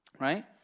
Right